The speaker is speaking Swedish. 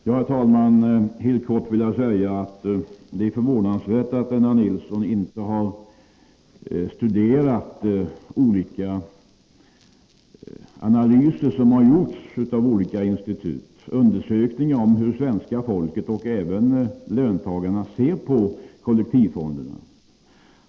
Herr talman! Helt kort vill jag säga att det är förvånansvärt att Lennart Nilsson inte har studerat de olika undersökningar som har gjorts av olika institut om hur svenska folket och även löntagarna ser på kollektivfonderna.